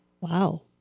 Wow